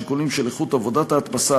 שיקולים של איכות עבודת ההדפסה,